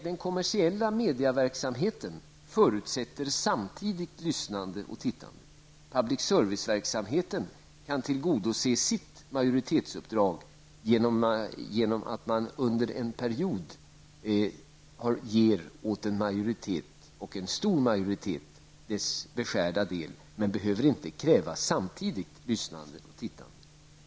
Den kommersiella mediaverksamheten förutsätter emellertid samtidigt lyssnande och tittande. Public serviceverksamheten kan tillgodose sitt majoritetsuppdrag genom att under en period ge åt en stor majoritet dess beskärda del. Man behöver inte kräva samtidigt lyssnande och tittande.